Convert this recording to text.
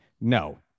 no